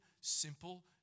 simple